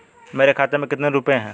मेरे खाते में कितने रुपये हैं?